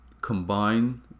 combine